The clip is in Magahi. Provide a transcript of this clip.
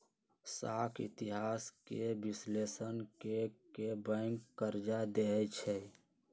साख इतिहास के विश्लेषण क के बैंक कर्जा देँई छै